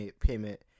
payment